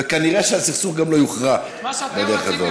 וכנראה שהסכסוך גם לא יוכרע בדרך הזאת.